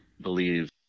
believe